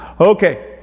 Okay